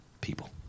people